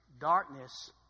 darkness